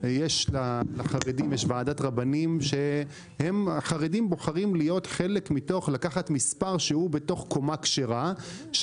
יש לחרדים ועדת רבנים שבה הם בוחרים לקחת מספר שהוא בתוך קומה כשרה.